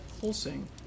pulsing